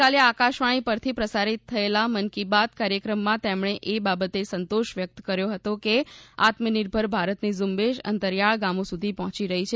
ગઈકાલે આકાશવાણી પરથી પ્રસારિત થયેલા મન કી બાત કાર્યક્રમમાં તેમણે એ બાબતે સંતોષ વ્યક્ત કર્યો હતો કે આત્મનિર્ભર ભારતની ઝુંબેશ અંતરીયાળ ગામો સુધી પહોંચી રહી છે